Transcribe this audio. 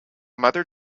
mother